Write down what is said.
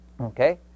Okay